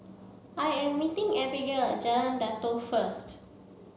I am meeting Abigale Jalan Datoh first